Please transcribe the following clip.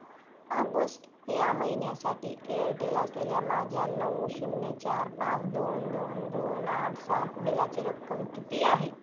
August या महिन्यासाठी Airtel असलेल्या माझ्या नऊ शून्य चार पाच दोन दोन दोन आठ सात बिलाची रक्कम किती आहे